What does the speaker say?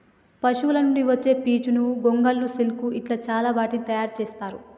పశువుల నుండి వచ్చే పీచును గొంగళ్ళు సిల్క్ ఇట్లా చాల వాటిని తయారు చెత్తారు